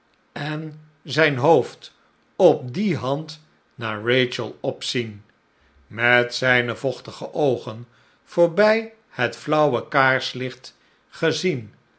en zijn hoofd op die hand naar eachel opzien met zijne vochtige oogen voorbij het flauwe kaarslicht gezien